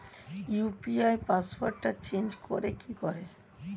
UPI পাসওয়ার্ডটা change করে কি করে?